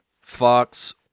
Fox